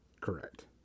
Correct